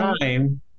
time-